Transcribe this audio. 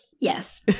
Yes